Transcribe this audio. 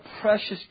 precious